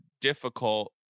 difficult